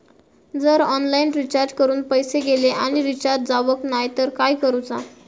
जर online recharge करून पैसे गेले आणि रिचार्ज जावक नाय तर काय करूचा?